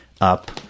up